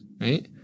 right